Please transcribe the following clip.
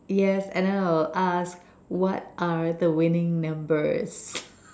yes and then I will ask what are the winning numbers